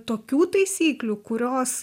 tokių taisyklių kurios